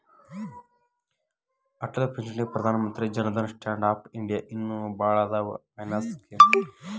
ಅಟಲ್ ಪಿಂಚಣಿ Pradhan Mantri Jan Dhan stand up India ಇನ್ನು ಭಾಳ್ ಅದಾವ್ ಫೈನಾನ್ಸ್ ಸ್ಕೇಮ್